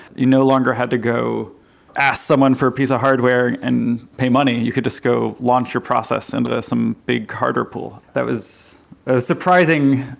you no longer had to go ask someone for a piece of hardware and pay money, you could just go launch your process in and ah some big harder pool. that was surprising.